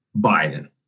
Biden